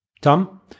Tom